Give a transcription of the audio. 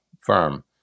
firm